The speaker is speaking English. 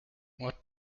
what